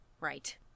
right